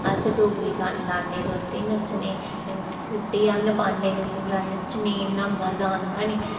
अस डोगरी गाने लान्ने ते ओह्दे नच्चने कुड्ड जन पान्ने ते पूरा नच्चने इन्ना मजा औंदा निं